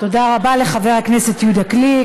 תודה רבה לחבר הכנסת יהודה גליק,